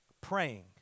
praying